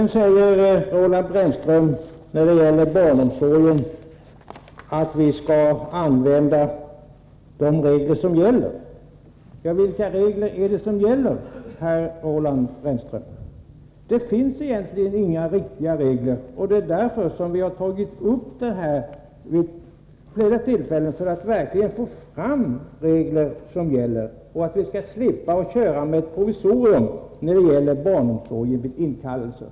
När det gäller barnomsorgen säger Roland Brännström att vi skall tillämpa de regler som gäller. Men vilka regler är det som gäller, herr Roland Brännström? Det finns egentligen inga riktiga regler, och det är därför vi har tagit upp frågan vid flera tillfällen för att verkligen få fram regler som gäller och slippa köra med ett provisorium i fråga om barnomsorgen vid inkallelser.